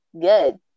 good